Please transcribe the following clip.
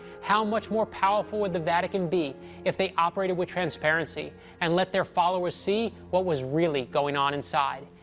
how much more powerful would the vatican be if they operated with transparency and let their followers see what was really going on inside?